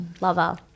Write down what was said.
lover